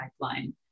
pipeline